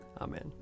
Amen